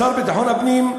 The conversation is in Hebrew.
לשר לביטחון הפנים,